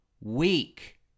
week